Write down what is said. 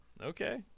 Okay